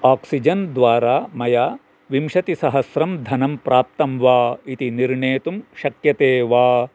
oxygen द्वारा मया विंशतिसहस्रं धनं प्राप्तं वा इति निर्णेतुं शक्यते वा